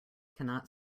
cannot